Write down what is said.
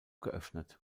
geöffnet